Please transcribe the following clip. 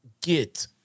get